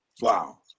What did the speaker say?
Wow